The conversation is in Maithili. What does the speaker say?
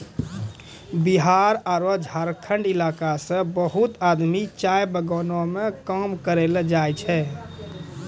बिहार आरो झारखंड इलाका सॅ बहुत आदमी चाय बगानों मॅ काम करै ल जाय छै